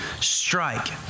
strike